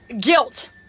guilt